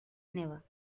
never